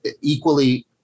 equally